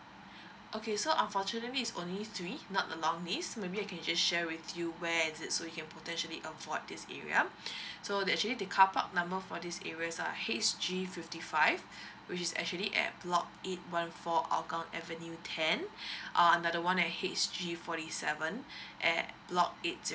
okay so unfortunately is only three not a long list maybe I can just share with you where is it so you can potentially avoid this area so they actually the carpark number for these areas are H G fifty five which is actually at block eight one four hougang avenue ten err another one H G forty seven at block eight